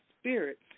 spirit